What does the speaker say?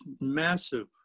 massive